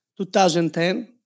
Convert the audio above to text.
2010